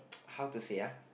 how to say ah